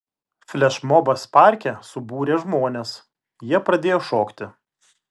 flešmobas parke subūrė žmones jie pradėjo šokti